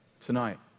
tonight